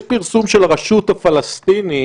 יש פרסום של הרשות הפלסטינית,